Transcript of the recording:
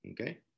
Okay